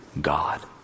God